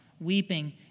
weeping